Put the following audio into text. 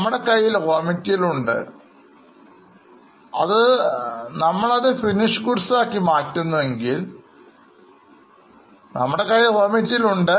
നമ്മുടെ കയ്യിൽRaw മെറ്റീരിയൽ ഉണ്ട്